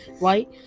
Right